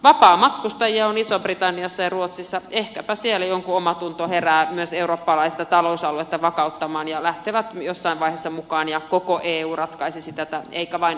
vapaamatkustajia on isossa britanniassa ja ruotsissa ehkäpä siellä jonkun omatunto herää myös eurooppalaista talousaluetta vakauttamaan ja maat lähtevät jossain vaiheessa mukaan ja koko eu ratkaisisi tätä eivätkä vain euromaat